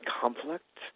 conflict